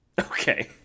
Okay